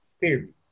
Period